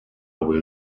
will